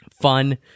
fun